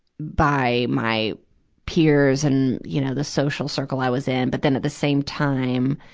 by my peers and, you know the social circle i was in. but then at the same time,